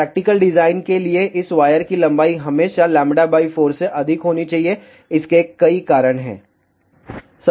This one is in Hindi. प्रैक्टिकल डिजाइन के लिए इस वायर की लंबाई हमेशा λ 4 से अधिक होनी चाहिए इसके कई कारण हैं